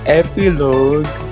epilogue